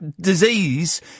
disease